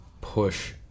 push